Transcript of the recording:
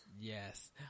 Yes